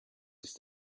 ist